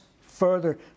further